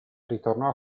ritornò